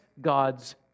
God's